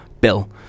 Bill